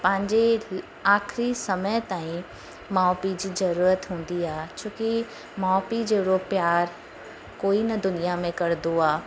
पंहिंजे आख़िरी समय ताईं माउ पीउ जी ज़रूरत हूंदी आहे छो कि माउ पीउ जहिड़ो प्यार कोई न दुनिया में कंदो आहे